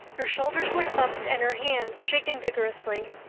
her shoulders were thumped and her hands shaken vigorously.